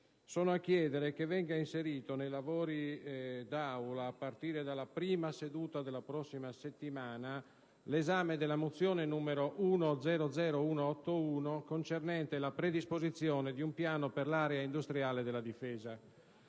venga inserito nel calendario dei lavori dell'Aula, a partire dalla prima seduta della prossima settimana, l'esame della mozione n. 181 concernente la predisposizione di un Piano per l'area industriale della difesa,